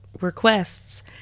requests